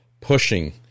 pushing